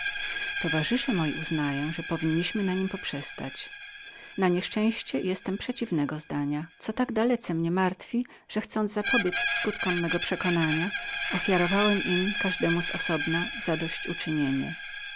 towarzysze moi utrzymują że powinniśmy na niem poprzestać na nieszczęście jestem przeciwnego zdania co tak dalece mnie martwi że chcąc zapobiedz skutkom mego żalu każdemu z osobna ofiarowałem im zadość uczynienie